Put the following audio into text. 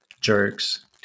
jerks